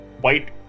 white